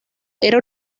era